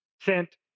sent